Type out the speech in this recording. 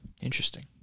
Interesting